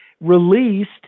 released